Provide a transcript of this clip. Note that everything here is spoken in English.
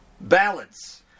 balance